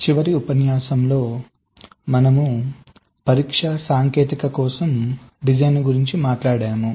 చివరి ఉపన్యాసంలో మన మనము పరీక్షా సాంకేతికత కోసం డిజైన్ గురించి మాట్లాడాము